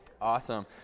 Awesome